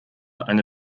eine